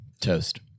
toast